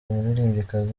umuririmbyikazi